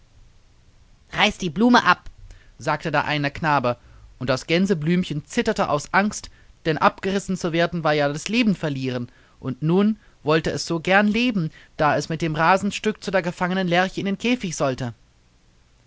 reiße die blume ab sagte der eine knabe und das gänseblümchen zitterte aus angst denn abgerissen zu werden war ja das leben verlieren und nun wollte es so gern leben da es mit dem rasenstück zu der gefangenen lerche in den käfig sollte